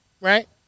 Right